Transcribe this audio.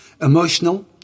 Emotional